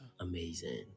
Amazing